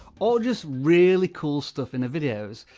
or just really cool stuff in the videos.